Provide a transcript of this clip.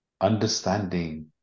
understanding